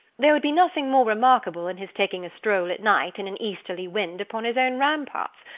there would be nothing more remarkable in his taking a stroll at night, in an easterly wind, upon his own ramparts,